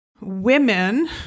women